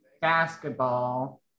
basketball